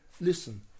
listen